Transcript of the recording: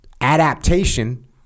Adaptation